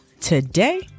today